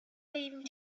leaving